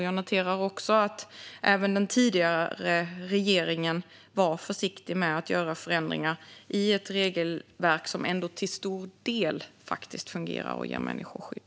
Jag noterar också att även den tidigare regeringen var försiktig med att göra förändringar i ett regelverk som ändå till stor del faktiskt fungerar och ger människor skydd.